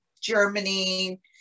Germany